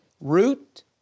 root